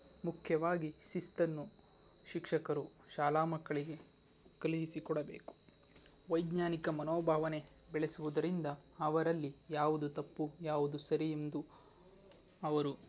ಮುಖ್ಯವಾಗಿ ಶಿಸ್ತನ್ನು ಶಿಕ್ಷಕರು ಶಾಲಾ ಮಕ್ಕಳಿಗೆ ಕಲಿಸಿಕೊಡಬೇಕು ವೈಜ್ಞಾನಿಕ ಮನೋಭಾವನೆ ಬೆಳೆಸುವುದರಿಂದ ಅವರಲ್ಲಿ ಯಾವುದು ತಪ್ಪು ಯಾವುದು ಸರಿ ಎಂದು ಅವರು